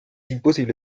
imposible